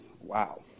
wow